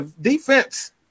defense